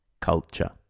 culture